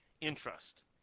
interest